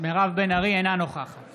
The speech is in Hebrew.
אינה נוכחת